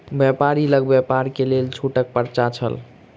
व्यापारी लग व्यापार के लेल छूटक पर्चा छल